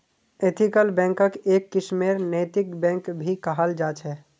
ethical बैंकक् एक किस्मेर नैतिक बैंक भी कहाल जा छे